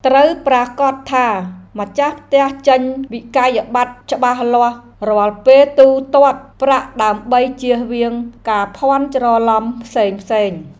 ត្រូវប្រាកដថាម្ចាស់ផ្ទះចេញវិក្កយបត្រច្បាស់លាស់រាល់ពេលទូទាត់ប្រាក់ដើម្បីជៀសវាងការភ័ន្តច្រឡំផ្សេងៗ។